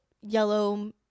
yellow